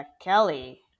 Kelly